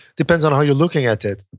depends on how you're looking at it.